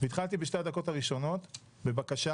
והתחלתי בשתי הדקות הראשונות בבקשה